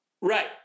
Right